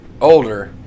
older